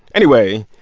anyway,